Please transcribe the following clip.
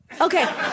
Okay